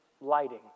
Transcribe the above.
lighting